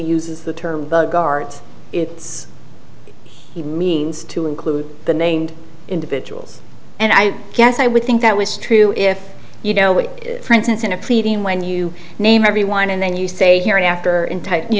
uses the term bogart it's he means to include the named individuals and i guess i would think that was true if you know what for instance in a previous when you name everyone and then you say here and after in type you